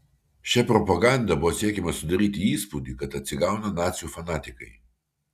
šia propaganda buvo siekiama sudaryti įspūdį kad atsigauna nacių fanatikai